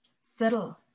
settle